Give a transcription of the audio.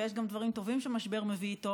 ויש גם דברים טובים שמשבר מביא איתו,